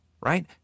right